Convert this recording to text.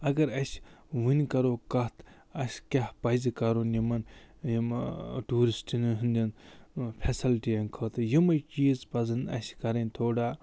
اگر أسۍ ؤنۍ کَرَو کَتھ اَسہِ کیٛاہ پَزِ کَرُن یِمَن یِم ٹوٗرِشٹ ہٕنٛدیٚن فیسلٹیَن خٲطرٕ یِمٕے چیٖز پَزَن اَسہِ کَرٕنۍ تھوڑا